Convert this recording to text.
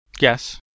Yes